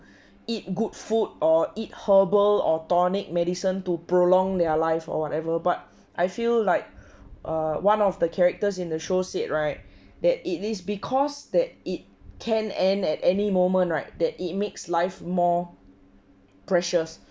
eat good food or eat herbal or tonic medicine to prolong their life or whatever but I feel like err one of the characters in the show said right that it is because that it can end at any moment right that it makes life more precious